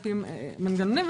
לפי מנגנונים,